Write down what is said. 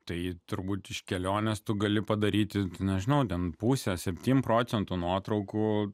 tai turbūt iš kelionės tu gali padaryti nežinau ten pusę septym procentų nuotraukų